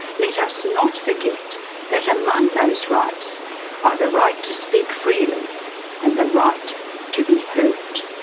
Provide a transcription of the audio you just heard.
let us not forget that among those rights are the right to speak freely and the right to be heard.